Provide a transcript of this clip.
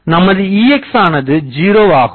நமது Ex ஆனது 0 ஆகும்